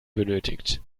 benötigt